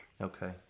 Okay